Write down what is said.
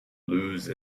lose